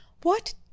What